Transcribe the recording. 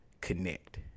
connect